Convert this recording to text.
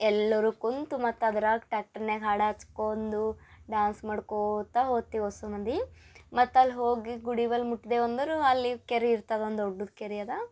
ಎಲ್ಲರೂ ಕುಂತು ಮತ್ತು ಅದ್ರಾಗ ಟ್ಯಾಕ್ಟ್ರಿನ್ಯಾಗ ಹಾಡು ಹಚ್ಕೊಂದೂ ಡ್ಯಾನ್ಸ್ ಮಾಡ್ಕೋತ ಹೋತಿವಿ ಒಸು ಮಂದಿ ಮತ್ತು ಅಲ್ಲಿ ಹೋಗಿ ಗುಡಿವಲ್ಲಿ ಮುಟ್ಟಿದೆವು ಅಂದರೆ ಅಲ್ಲಿ ಕೆರೆ ಇರ್ತವೆ ಒಂದು ದೊಡ್ಡುದು ಕೆರೆ ಅದ